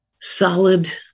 solid